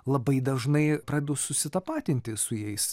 labai dažnai pradu susitapatinti su jais